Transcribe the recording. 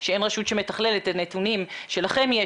שאין רשות שמתכללת את הנתונים שלכם יש